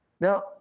Now